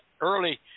early